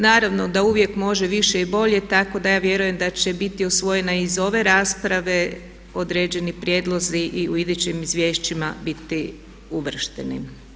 Naravno da uvijek može više i bolje, tako da ja vjerujem da će biti usvojena i iz ove rasprave određeni prijedlozi i u idućim izvješćima biti uvršteni.